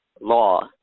law